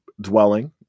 dwelling